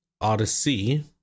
Odyssey